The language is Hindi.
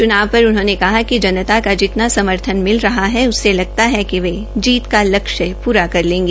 चूनाव पर उन्होंने कहा कि जनता का कितना समर्थन मिल रहा है उससे पता लगता है कि वह जीत का लक्ष्य पूरा कर लेंगा